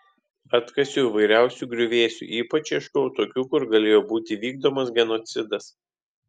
atkasiau įvairiausių griuvėsių ypač ieškojau tokių kur galėjo būti vykdomas genocidas